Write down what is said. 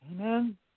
Amen